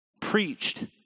preached